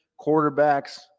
quarterbacks